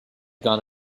gone